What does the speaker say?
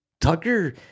Tucker